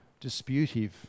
disputive